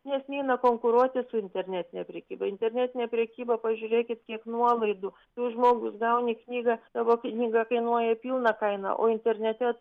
nes neina konkuruoti su internetine prekyba internetinė prekyba pažiūrėkit kiek nuolaidų tu žmogus gauni knygą tavo knyga kainuoja pilną kainą o internete